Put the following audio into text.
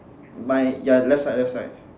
my ya left side left side